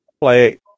Play